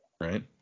Right